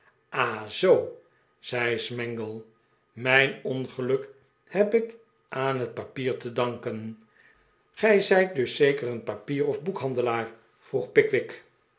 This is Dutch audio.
ah zoo zei smangle mijn ongeluk heb ik aan het papier te danken gij zijt dus zeker een papier of boekhandclaar vroeg pickwick